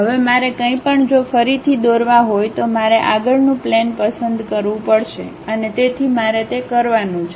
હવે મારે કંઈપણ જો ફરીથી દોરવા હોય તો મારે આગળનું પ્લેન પસંદ કરવું પડશે અને તેથી મારે કરવાનું છે